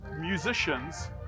musicians